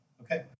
Okay